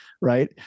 right